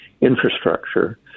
infrastructure